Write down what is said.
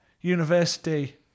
university